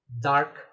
dark